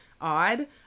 odd